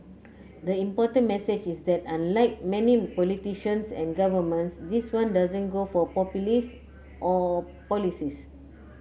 the important message is that unlike many politicians and governments this one doesn't go for populist or policies